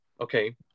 okay